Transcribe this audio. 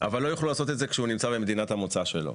אבל לא יוכלו לעשות את זה כשהוא נמצא במדינת המוצא שלו.